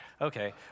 Okay